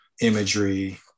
imagery